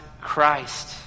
Christ